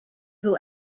who